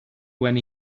when